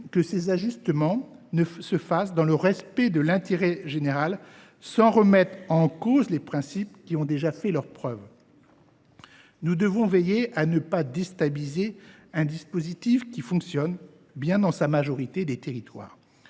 que ces ajustements se font dans le respect de l’intérêt général, sans remettre en cause les principes qui ont déjà fait leurs preuves. Nous devons veiller à ne pas déstabiliser un dispositif qui fonctionne bien dans la majorité des territoires.